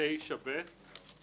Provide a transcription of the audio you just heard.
תקנה 5(ב)(9)(ב)